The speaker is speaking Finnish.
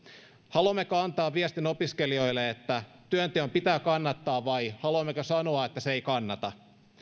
haluammeko antaa opiskelijoille viestin että työnteon pitää kannattaa vai haluammeko sanoa että se ei kannata